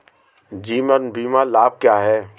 जीवन बीमा लाभ क्या हैं?